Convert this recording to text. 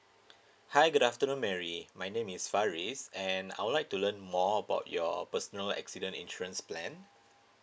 hi good afternoon mary my name is faris and I would like to learn more about your personal accident insurance plan